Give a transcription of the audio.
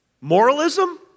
Moralism